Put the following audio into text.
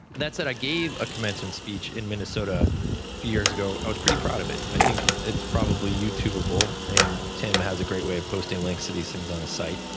that's it. i gave a commencement speech in minnesota few years ago. i was pretty proud of it. i think it's probably youtubable, and tim has a great way of posting links of these things on a site.